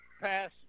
pass